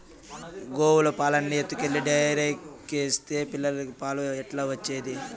గోవుల పాలన్నీ ఎత్తుకెళ్లి డైరీకేస్తే పిల్లలకి పాలు ఎట్లా వచ్చేది